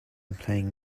playing